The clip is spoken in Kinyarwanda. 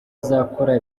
izakora